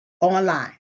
online